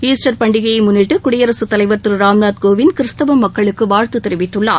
Easter பண்டிகையை முன்னிட்டு குடியரசுத்தலைவர் திரு ராம்நாத் கோவிந்த் கிறிஸ்தவ மக்களுக்கு வாழ்த்து தெரிவித்துள்ளார்